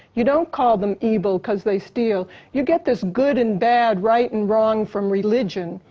you don't call them evil cause they steal. you get this good and bad, right and wrong from religion.